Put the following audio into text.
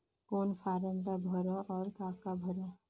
कौन फारम ला भरो और काका भरो?